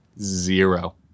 Zero